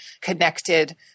connected